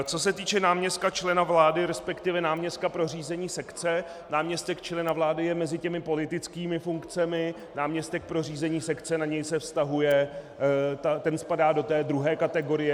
Co se týče náměstka člena vlády, resp. náměstka pro řízení sekce, náměstek člena vlády je mezi těmi politickými funkcemi, náměstek pro řízení sekce, na něj se vztahuje, ten spadá do druhé kategorie.